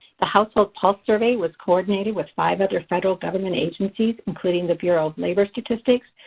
the household pulse survey was coordinated with five other federal government agencies including the bureau of labor statistics,